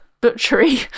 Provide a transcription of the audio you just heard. butchery